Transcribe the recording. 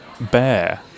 Bear